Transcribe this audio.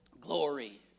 Glory